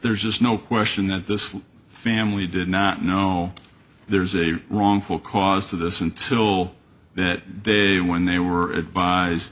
there's just no question that this family did not know there's a wrongful cause to this until that day when they were advised